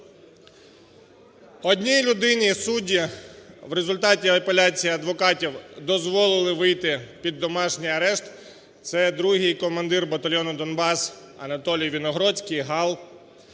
Одній людині судді в результаті апеляції адвокатів дозволили вийти під домашній арешт, це другий командир батальйону "Донбас" Анатолій Виногродський ("Гал")